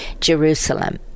Jerusalem